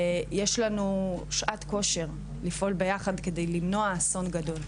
ויש לנו שעת כושר לפעול ביחד כדי למנוע אסון גדול.